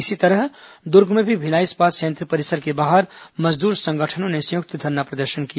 इसी तरह दुर्ग में भी भिलाई इस्पात संयंत्र परिसर के बाहर मजदूर संगठनों ने संयुक्त धरना प्रदर्शन किया